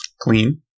clean